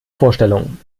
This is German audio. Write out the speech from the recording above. vorstellung